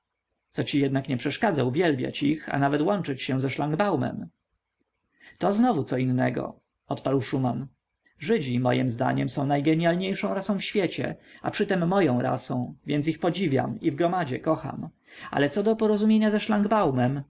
co ci jednak nie przeszkadza uwielbiać ich a nawet łączyć się ze szlangbaumem to znowu co innego odparł szuman żydzi mojem zdaniem są najgenialniejszą rasą w świecie a przytem moją rasą więc ich podziwiam i w gromadzie kocham a co do porozumienia ze